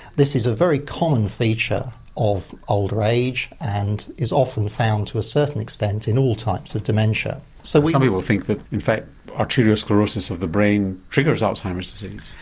this is a very common feature of older age and is often found to a certain extent in all types of dementia. so some um people think that in fact arterial sclerosis of the brain triggers alzheimer's disease.